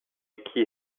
key